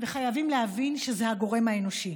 וחייבים להבין, שזה הגורם האנושי,